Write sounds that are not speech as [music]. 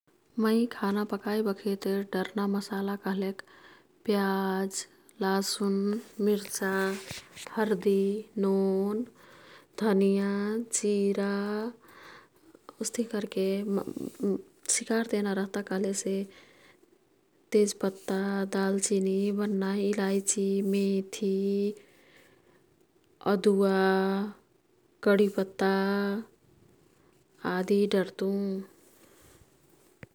मैं खाना पकाई बखित् डर्ना मसाला कह्लेक प्याज, लासुन [noise] मिर्चा, हर्दि, नोन, धनियाँ, जिरा उस्तिही कर्के [unintelligible] सिकार तेन रह्ता कह्लेसे तेज पत्ता, दालचिनी, बन्ना इलाईची, मेथी, अदुवा, कडी पत्ता, आदि डर्तुं।